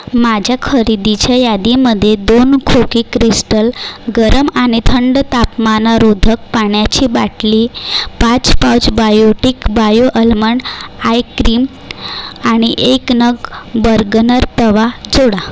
माझ्या खरेदीच्या यादीमध्ये दोन खोकी क्रिस्टल गरम आणि थंड तापमानारोधक पाण्याची बाटली पाच pouch Biotique bio almond high cream आणि एक नग बर्गनर तवा जोडा